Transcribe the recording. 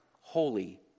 holy